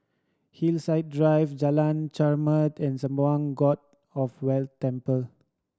Hillside Drive Jalan Chermat and Sembawang God of Wealth Temple